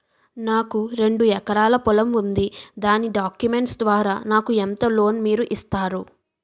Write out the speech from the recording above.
నాకు రెండు ఎకరాల పొలం ఉంది దాని డాక్యుమెంట్స్ ద్వారా నాకు ఎంత లోన్ మీరు ఇస్తారు?